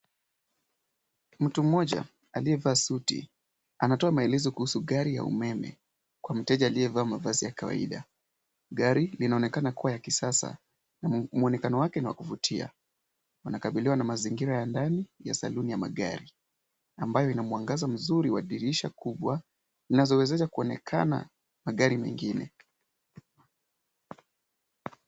Mtu mmoja aliyevaa suti anatoa maelezo kuhusu gari ya umeme kwa mteja aliyevaa mavazi ya kawaida. Gari linaonekana kuwa ya kisasa. Mwonekano wake ni wa kuvutia. Wanakabiliwa na mazingira ya ndani ya saluni ya magari ambayo ina mwangaza mzuri wa dirisha kubwa inazowezesha kuonekana kwa gari nyingine.